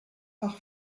par